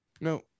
No